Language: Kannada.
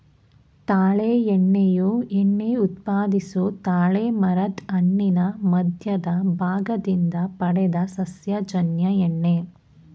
ತಾಳೆ ಎಣ್ಣೆಯು ಎಣ್ಣೆ ಉತ್ಪಾದಿಸೊ ತಾಳೆಮರದ್ ಹಣ್ಣಿನ ಮಧ್ಯದ ಭಾಗದಿಂದ ಪಡೆದ ಸಸ್ಯಜನ್ಯ ಎಣ್ಣೆ